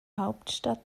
hauptstadt